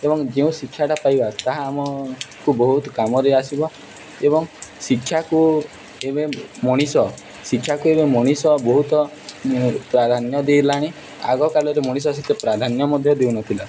ଏବଂ ଯେଉଁ ଶିକ୍ଷାଟା ପାଇବା ତାହା ଆମକୁ ବହୁତ କାମରେ ଆସିବ ଏବଂ ଶିକ୍ଷାକୁ ଏବେ ମଣିଷ ଶିକ୍ଷାକୁ ଏବେ ମଣିଷ ବହୁତ ପ୍ରାଧାନ୍ୟ ଦେଲାଣି ଆଗକାଳରେ ମଣିଷ ସେତେ ପ୍ରାଧାନ୍ୟ ମଧ୍ୟ ଦେଉନଥିଲା